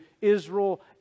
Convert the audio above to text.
Israel